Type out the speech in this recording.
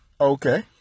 Okay